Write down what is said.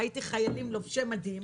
ראיתי חיילים לובשי מדים,